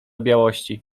białości